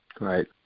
Right